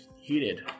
heated